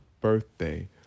birthday